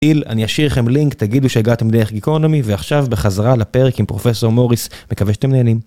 איל אני אשאיר לכם לינק תגידו שהגעתם דרך גיקונומי ועכשיו בחזרה לפרק עם פרופסור מוריס מקווה שתמנענים.